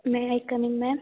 may I come in ma'am